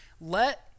Let